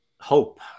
hope